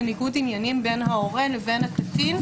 לניגוד עניינים בין ההורה לבין הקטין,